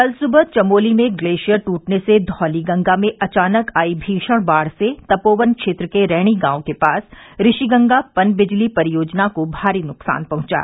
कल सुबह चमोली में ग्लेशियर ट्रटने से धौलीगंगा में अचानक आई भीषण बाढ़ से तपोवन क्षेत्र के रैणी गांव के पास ऋषिगंगा पनबिजली परियोजना को भारी नुकसान पहुंचा